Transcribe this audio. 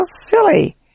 silly